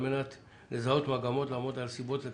על מנת לזהות מגמות לעמוד על הסיבות לכך.